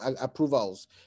approvals